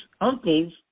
uncle's